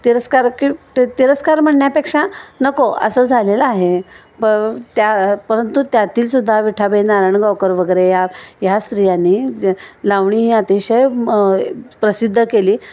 तिरस्कार की ते तिरस्कार म्हणण्यापेक्षा नको असं झालेलं आहे प त्या परंतु त्यातीलसुद्धा विठाबाई नारायणगावकर वगैरे या ह्या स्त्रियांनी लावणी ही अतिशय प्रसिद्ध केली